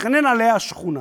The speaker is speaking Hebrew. מתכנן עליה שכונה